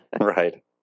Right